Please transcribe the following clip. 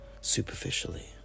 superficially